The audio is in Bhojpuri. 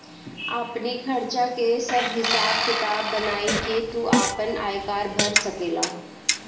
आपनी खर्चा कअ सब हिसाब किताब बनाई के तू आपन आयकर भर सकेला